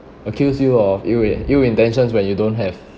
accuse you of ill in~ ill intentions when you don't have